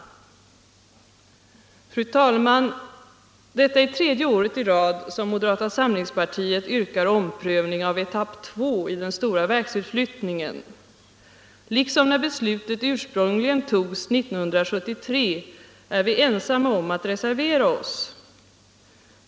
Fru talman! Detta är tredje året i rad som moderata samlingspartiet yrkar omprövning av etapp 2 i den stora verksutflyttningen. Liksom när beslutet ursprungligen togs 1973 är vi ensamma om att reservera OSS.